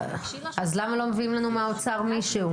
אז למה לא מביאים לנו מהאוצר מישהו?